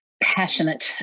passionate